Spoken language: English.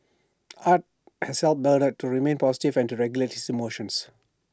art has helped Bernard to remain positive and to regulate his emotions